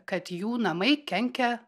kad jų namai kenkia